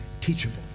teachable